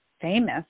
famous